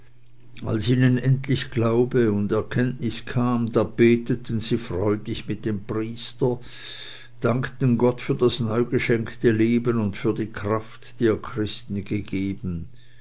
als ihnen endlich glaube und erkenntnis kam da beteten sie freudig mit dem priester dankten gott für das neu geschenkte leben und für die kraft die er christen gegeben